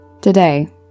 Today